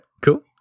cool